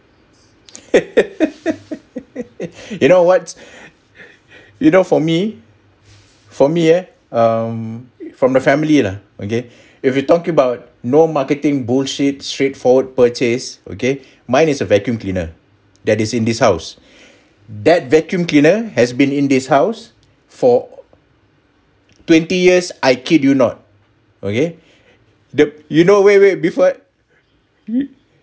you know what you know for me for me ah um for my family lah okay if you talk about no marketing bullshit straight forward purchase okay mine is a vacum cleaner that is in this house that vacum cleaner has been in this house for twenty years I kid you not okay the you know wait wait with what